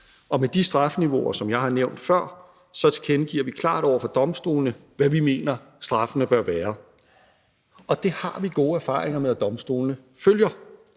og med de strafniveauer, som jeg nævnte før, tilkendegiver vi klart over for domstolene, hvad vi mener straffene bør være, og det har vi gode erfaringer med domstolene følger.